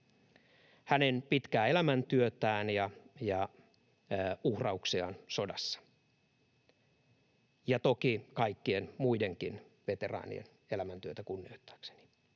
hänen pitkää elämäntyötään ja uhrauksiaan sodassa — ja toki kaikkien muidenkin veteraanien elämäntyötä kunnioittaakseni.